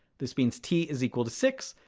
this means t is equal to six.